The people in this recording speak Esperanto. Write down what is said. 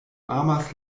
amas